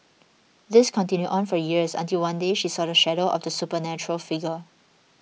this continued on for years until one day she saw the shadow of the supernatural figure